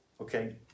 Okay